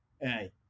hey